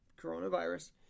coronavirus